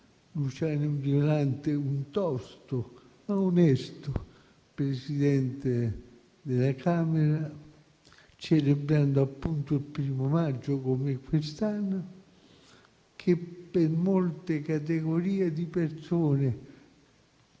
Luciano Violante, un tosto, ma onesto Presidente della Camera, celebrando il 1° maggio come quest'anno: per molte categorie di persone,